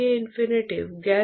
ये तीनों एक दूसरे के समान हैं